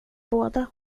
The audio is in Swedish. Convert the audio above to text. båda